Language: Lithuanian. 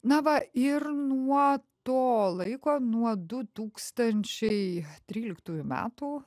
na va ir nuo to laiko nuo du tūkstančiai tryliktųjų metų